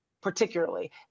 particularly